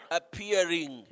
appearing